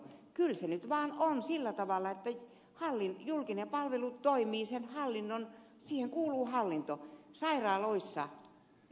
kyllä se nyt vaan on sillä tavalla ettei hallin julkinen palvelu toimii että julkiseen palveluun kuuluu hallinto sairaaloissa terveyskeskuksissa sairaanhoitopiireissä